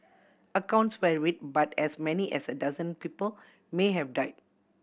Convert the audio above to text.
accounts varied but as many as a dozen people may have died